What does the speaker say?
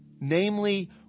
Namely